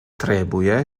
trebuie